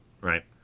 Right